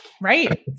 Right